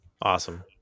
Awesome